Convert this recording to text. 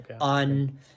on